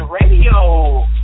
Radio